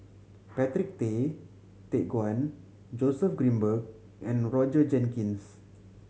Patrick Tay Teck Guan Joseph Grimberg and Roger Jenkins